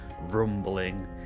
rumbling